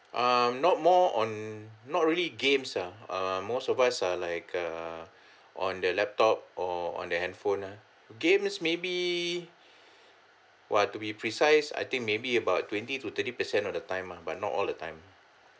um not more on not really games ah uh most of us are like a on the laptop or on the handphone ah games maybe !wah! to be precise I think maybe about twenty to thirty percent of the time ah but not all the time